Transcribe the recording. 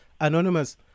Anonymous